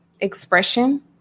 expression